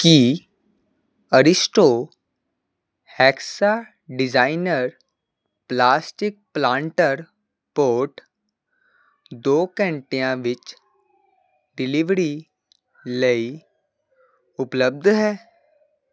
ਕੀ Aristo hexa designer plastic planter pot ਦੋ ਘੰਟਿਆਂ ਵਿੱਚ ਡਿਲੀਵੜੀ ਲਈ ਉਪਲੱਬਧ ਹੈ